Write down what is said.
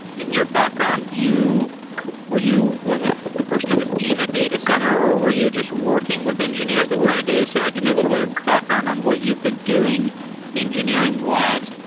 in your background, were you like a a person that was in a data center or were you just working with engineers that were in a data center? give me a little bit of background on what you've been doing engineering-wise,